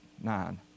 nine